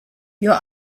your